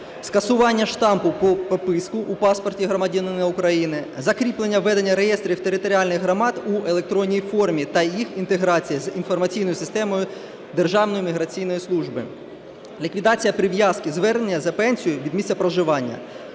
скасування штампу про прописку у паспорті громадянина України, закріплення ведення реєстрів територіальних громад у електронній формі та їх інтеграція з інформаційною системою Державної міграційної служби, ліквідація прив'язки звернення за пенсією від місця проживання.